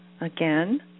again